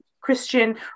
Christian